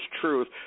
truth